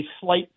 slight